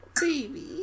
Baby